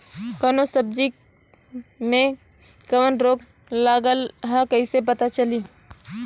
कौनो सब्ज़ी में कवन रोग लागल ह कईसे पता चली?